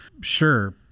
sure